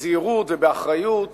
בזהירות ובאחריות